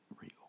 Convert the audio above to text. real